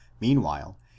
meanwhile